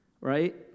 right